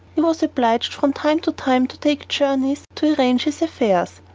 he was obliged from time to time to take journeys to arrange his affairs.